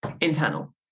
internal